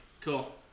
Cool